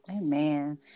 Amen